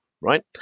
right